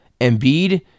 Embiid